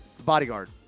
Bodyguard